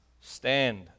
Stand